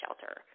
shelter